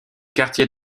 quartier